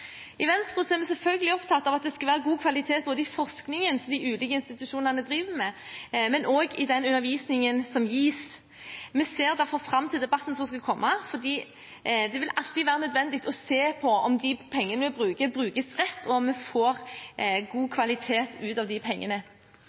I Venstre er vi selvfølgelig opptatt av at det skal være god kvalitet både i forskningen de ulike institusjonene driver med, og i undervisningen som gis. Vi ser derfor fram til debatten som skal komme, for det vil alltid være nødvendig å se på om de pengene vi bruker, brukes rett, og om vi får god kvalitet ut av pengene.